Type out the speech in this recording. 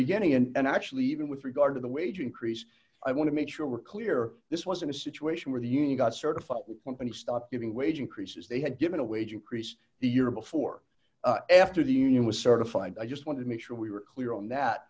beginning and actually even with regard to the wage increase i want to make sure we're clear this wasn't a situation where the union got certified companies stop giving wage increases they had given a wage increase the year before after the union was certified i just want to make sure we were clear on that